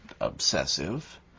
obsessive